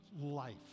life